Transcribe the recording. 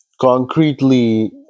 concretely